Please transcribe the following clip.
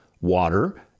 water